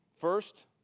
First